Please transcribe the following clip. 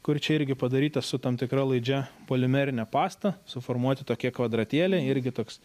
kur čia irgi padaryta su tam tikra laidžia polimerine pasta suformuoti tokie kvadratėliai irgi toks